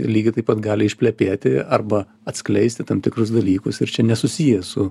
lygiai taip pat gali išplepėti arba atskleisti tam tikrus dalykus ir čia nesusiję su